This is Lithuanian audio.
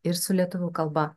ir su lietuvių kalba